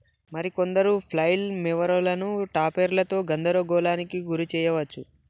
మరి కొందరు ఫ్లైల్ మోవరులను టాపెర్లతో గందరగోళానికి గురి శెయ్యవచ్చు